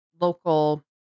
local